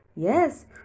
Yes